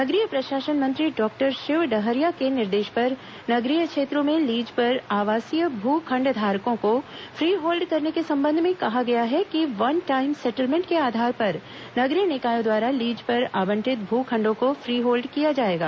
नगरीय प्रशासन मंत्री डॉक्टर शिव डहरिया के निर्देश पर नगरीय क्षेत्रों में लीज पर आवासीय भू खण्ड धारकों को फ्री होल्ड करने के संबंध में कहा गया है कि वन टाइम सेटलमेंट के आ धार पर नगरीय निकायों द्वारा लीज पर आवंटित भू खण्डों को फ्र ी होल्ड किया जाएगा